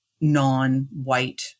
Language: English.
non-white